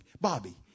Bobby